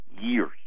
years